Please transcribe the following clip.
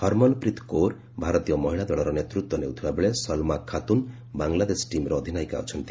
ହର୍ମନ୍ପ୍ରୀତ୍ କୌର ଭାରତୀୟ ମହିଳା ଦଳର ନେତୃତ୍ୱ ନେଉଥିବାବେଳେ ସଲ୍ମା ଖାତୁନ୍ ବାଂଲାଦେଶ ଟିମ୍ର ଅଧିନାୟିକା ଅଛନ୍ତି